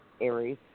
Aries